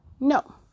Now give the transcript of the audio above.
No